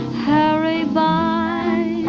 hurry by